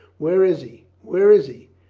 where is he? where is he?